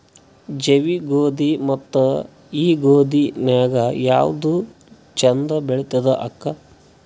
ಜವಿ ಗೋಧಿ ಮತ್ತ ಈ ಗೋಧಿ ನ್ಯಾಗ ಯಾವ್ದು ಛಂದ ಬೆಳಿತದ ಅಕ್ಕಾ?